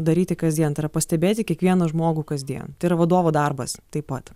daryti kasdien tai yra pastebėti kiekvieną žmogų kasdien tai yra vadovo darbas taip pat